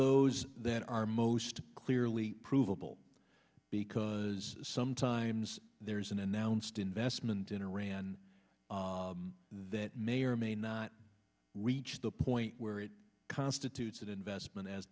those that are most clearly provable because sometimes there's an announced investment in iran that may or may not reach the point where it constitutes that investment as